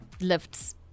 lifts